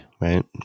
right